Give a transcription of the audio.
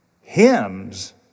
hymns